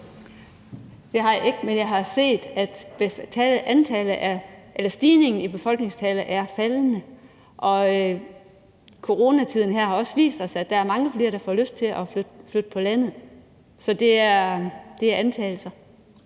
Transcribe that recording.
Det har jeg ikke, men jeg har set, at stigningen i befolkningstallet er faldende, og coronatiden her har også vist os, at der er mange flere, der får lyst til at flytte på landet. Så det er antagelser.